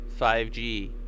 5G